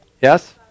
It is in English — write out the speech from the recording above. Yes